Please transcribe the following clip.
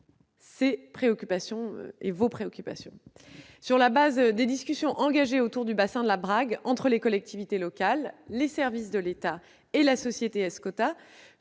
nous partageons vos préoccupations. Sur la base des discussions engagées autour du bassin de la Brague entre les collectivités territoriales, les services de l'État et la société Escota,